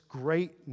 great